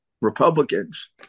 Republicans